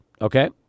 Okay